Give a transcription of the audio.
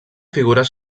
figures